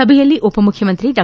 ಸಭೆಯಲ್ಲಿ ಉಪಮುಖಮಂತ್ರಿ ಡಾ